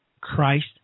Christ